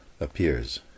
appears